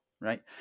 right